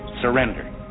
surrender